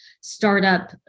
startup